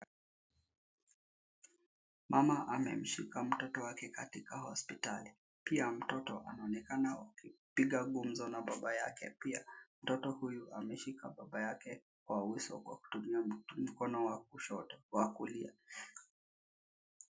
Mama amemshika mtoto wake katika hospitali. Pia mtoto anaonekana akipiga gumzo na baba yake. Pia mtoto huyu ameshika baba yake kwa uso kwa kutumia mkono wa kulia.